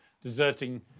deserting